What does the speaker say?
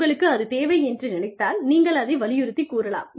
உங்களுக்கு அது தேவை என்று நினைத்தால் நீங்கள் அதை வலியுறுத்தி கூறலாம்